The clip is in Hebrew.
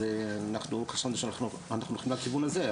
אז אנחנו חשבנו שאנחנו הולכים לכיוון הזה,